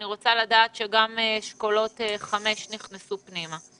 אני רוצה לדעת שגם אשכולות חמש נכנסו פנימה.